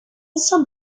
some